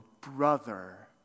brother